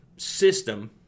System